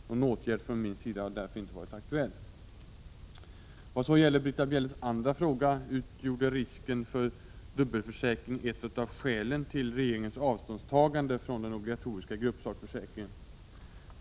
Någon åtgärd från min sida har därför inte varit aktuell. Vad så gäller Britta Bjelles andra fråga utgjorde risken för dubbelförsäk 3 ring ett av skälen till regeringens avståndstagande från den obligatoriska gruppsakförsäkringen.